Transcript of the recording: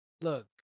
look